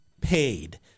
paid